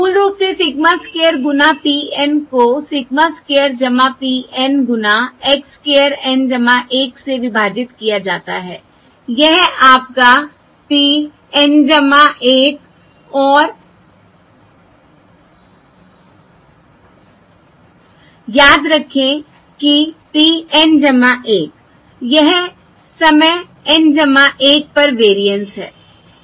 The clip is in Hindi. मूल रूप से सिग्मा स्क्वायर गुना p N को सिग्मा स्क्वायर p N गुणा x स्क्वायर N 1 से विभाजित किया जाता है यह आपका p N 1 और याद रखें कि p N 1 यह समय N 1 पर वेरिएंस है